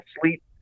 sleep